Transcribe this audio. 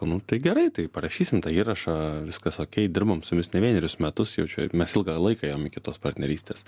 nu tai gerai tai parašysim tą įrašą viskas okei dirbam su jumis ne vienerius metus jau čia mes ilgą laiką ėjom iki tos partnerystės